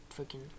freaking